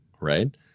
right